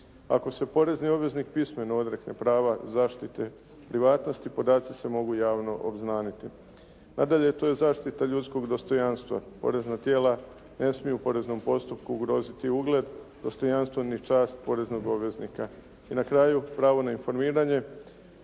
Ako se porezni obveznik pismeno odrekne prava zaštite privatnosti, podaci se mogu javno obznaniti. Nadalje, to je zaštita ljudskog dostojanstva, porezna tijela ne smiju u poreznom postupku ugroziti ugled, dostojanstvo ni čast poreznog obveznika. I na kraju pravo na informiranje